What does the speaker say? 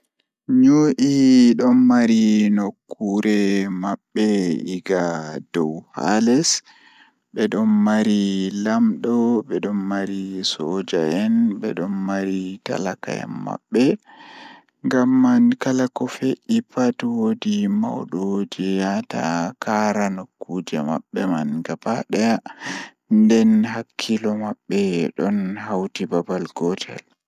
Ceede ɗon sooda seyo masin Ko wonaa ɗum feewi, tawa to no ɓuri fayde e miijeele ndiyam tawa e gollal wootere, kono ɓeɗɗo tigi fuɗɗi ko waɗi faaɗi ɓe neɗɗo. Ɗum waɗi e ndiyam ngal, ko e jeyaaɗe beɓɓe e fowru, kono ko ngoodi fowruɗi. Ɓe ɓuri semtaade hay si tawii njahaange, ɗum waɗi maaɓɓe e ɓe heddii heeɓere jokkude.